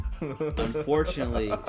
unfortunately